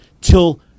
till